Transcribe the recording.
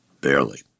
barely